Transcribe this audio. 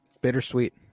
bittersweet